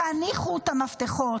תניחו את המפתחות.